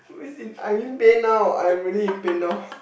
as in I'm in pain now I'm really in pain now